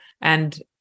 And-